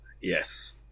Yes